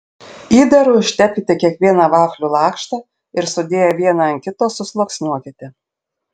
įdaru ištepkite kiekvieną vaflių lakštą ir sudėję vieną ant kito susluoksniuokite